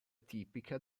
tipica